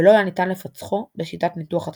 ולא היה ניתן לפצחו בשיטת ניתוח התדירויות.